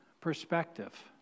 perspective